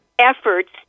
efforts